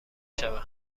شود